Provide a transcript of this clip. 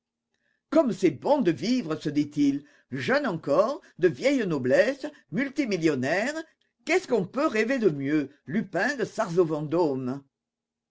comme c'est bon de vivre se dit-il jeune encore de vieille noblesse multimillionnaire qu'est-ce qu'on peut rêver de mieux lupin de